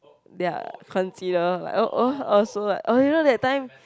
their consider like oh oh orh so like orh you know that time